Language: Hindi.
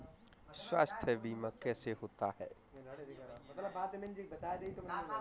स्वास्थ्य बीमा कैसे होता है?